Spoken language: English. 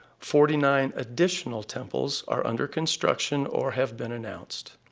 forty-nine additional temples are under construction or have been announced.